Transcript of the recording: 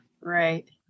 Right